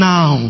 Now